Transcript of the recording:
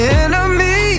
enemy